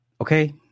Okay